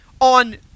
on